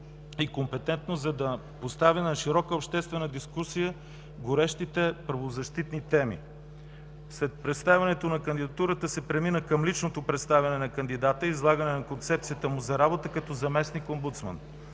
и компетентност, за да поставя на широка обществена дискусия горещите правозащитни теми. След представянето на кандидатурата се премина към личното представяне на кандидата и излагане на концепцията му за работа като заместник-омбудсман.